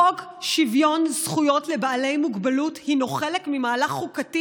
חוק שוויון זכויות לבעלי מוגבלות הינו חלק ממהלך חוקתי